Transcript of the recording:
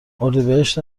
اردیبهشت